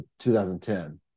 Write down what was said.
2010